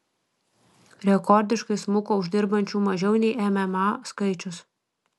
rekordiškai smuko uždirbančių mažiau nei mma skaičius